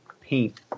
paint